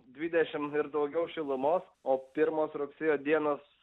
dvidešim ir daugiau šilumos o pirmos rugsėjo dienos